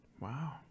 Wow